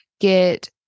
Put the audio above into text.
get